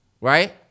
right